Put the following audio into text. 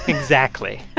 exactly ah